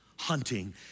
hunting